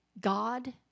God